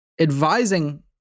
advising